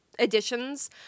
Editions